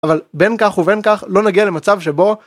אבל בין כך ובין כך לא נגיע למצב שבו.